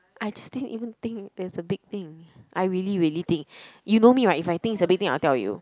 I just think even think there's a big thing I really really think you know me right if I think it's a big thing I'll tell you